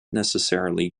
necessarily